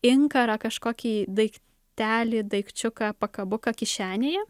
inkarą kažkokį daiktelį daikčiuką pakabuką kišenėje